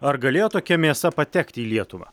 ar galėjo tokia mėsa patekti į lietuvą